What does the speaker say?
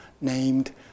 named